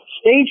stage